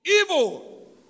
evil